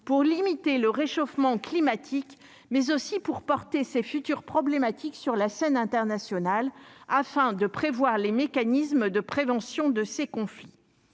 pour limiter le réchauffement climatique mais aussi pour porter ses futurs problématique sur la scène internationale, afin de prévoir les mécanismes de prévention de ces conflits.